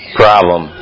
problem